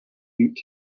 eat